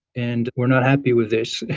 and we're not happy with this.